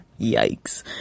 yikes